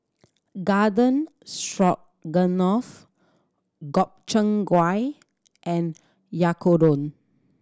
Garden Stroganoff Gobchang Gui and Oyakodon